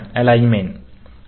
ठीक है